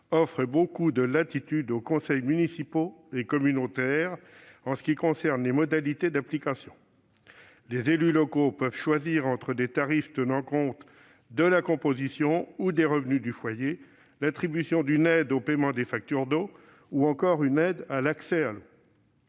-offre beaucoup de latitude aux conseils municipaux et communautaires en ce qui concerne les modalités d'application. Les élus locaux peuvent choisir entre des tarifs tenant compte de la composition ou des revenus du foyer, l'attribution d'une aide au paiement des factures d'eau ou encore une aide à l'accès à l'eau.